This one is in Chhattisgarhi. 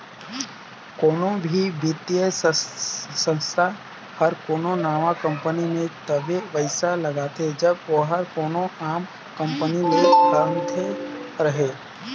कोनो भी बित्तीय संस्था हर कोनो नावा कंपनी में तबे पइसा लगाथे जब ओहर कोनो आम कंपनी ले अन्ते रहें